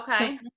Okay